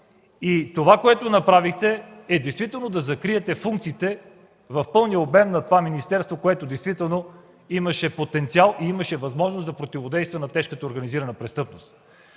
това, което направихте, е действително да закриете функциите в пълния обем на това министерство, което наистина имаше потенциал и възможност да противодейства на тежката организирана престъпност.